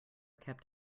kept